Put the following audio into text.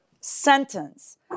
sentence